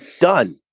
Done